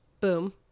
Boom